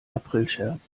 aprilscherz